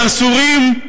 סרסורים,